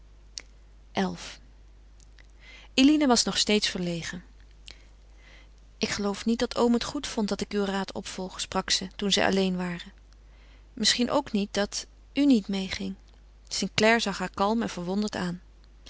xi eline was nog steeds verlegen ik geloof niet dat oom het goed vond dat ik uw raad opvolg sprak ze toen zij alleen waren misschien ook niet dat u niet meêging st clare zag haar kalm verwonderd aan